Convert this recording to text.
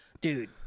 dude